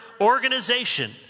organization